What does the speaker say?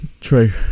True